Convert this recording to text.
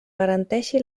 garanteixi